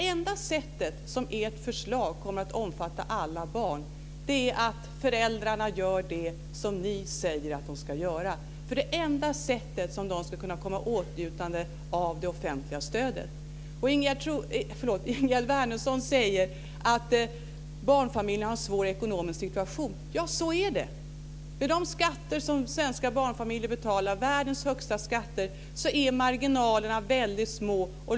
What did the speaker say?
Enda sättet att omfatta alla barn vad gäller ert förslag är att föräldrarna gör det som ni säger att de ska göra. Det är ju det enda sättet för dem att komma i åtnjutande av det offentliga stödet. Ingegerd Wärnersson säger att barnfamiljerna har en svår ekonomisk situation. Ja, så är det. Med de skatter som svenska barnfamiljer betalar - världens högsta skatter - är marginalerna väldigt små.